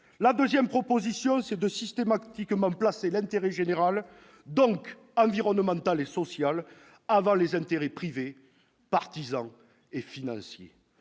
Ma deuxième proposition, c'est de systématiquement placer l'intérêt général, donc environnemental et social, avant les intérêts privés, partisans et financiers.